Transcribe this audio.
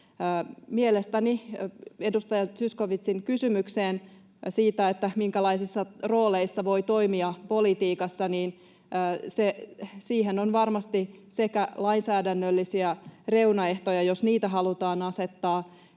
Edustaja Zyskowiczin kysymykseen siitä, minkälaisissa rooleissa voi toimia politiikassa, on mielestäni varmasti lainsäädännöllisiä reunaehtoja, jos niitä halutaan asettaa,